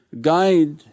guide